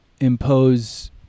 impose